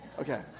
Okay